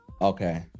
okay